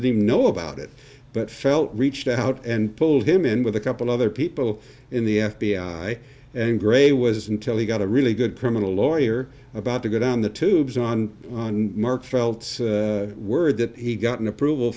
the know about it but felt reached out and pulled him in with a couple other people in the f b i and gray was until he got a really good criminal lawyer about to go down the tubes on mark felt's word that he'd gotten approval